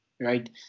right